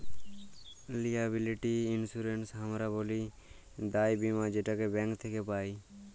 liability insurance হামরা ব্যলি দায় বীমা যেটাকে ব্যাঙ্ক থক্যে পাই